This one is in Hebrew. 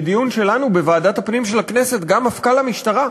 אמר את זה בדיון שלנו בוועדת הפנים של הכנסת גם מפכ"ל המשטרה.